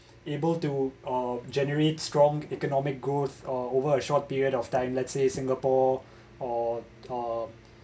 able to uh generate strong economic growth uh over a short period of time let's say singapore or uh